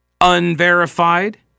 unverified